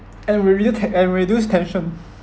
and review ten and reduce tension